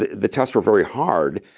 the the tests were very hard.